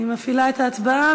אני מפעילה את ההצבעה.